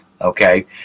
okay